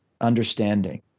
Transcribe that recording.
understanding